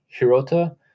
Hirota